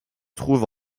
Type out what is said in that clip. trouve